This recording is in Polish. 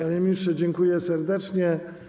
Super, panie ministrze, dziękuję serdecznie.